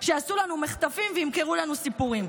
ושיעשו לנו מחטפים וימכרו לנו סיפורים.